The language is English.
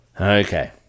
okay